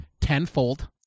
tenfold